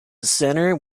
centre